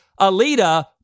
Alita